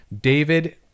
David